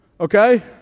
Okay